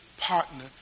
partner